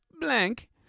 blank